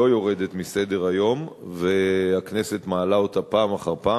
יורדת מסדר-היום והכנסת מעלה אותה פעם אחר פעם.